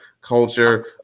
culture